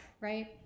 right